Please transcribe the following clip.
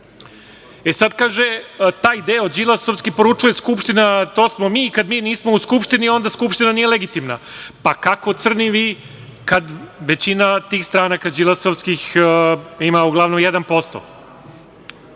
kaže, taj deo Đilasovski poručuje Skupština to smo mi, kada mi nismo u Skupštini, onda Skupština nije legitimna. Pa kako crni vi, kada većina tih stranaka Đilasovskih ima uglavnom